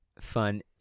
fun